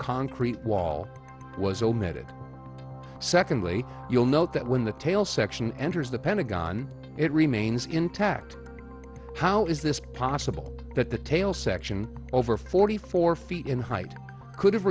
concrete wall was omitted secondly you'll note that when the tail section enters the pentagon it remains intact how is this possible that the tail section over forty four feet in height could have